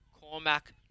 Cormac